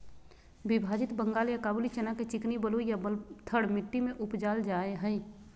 विभाजित बंगाल या काबूली चना के चिकनी बलुई या बलथर मट्टी में उपजाल जाय हइ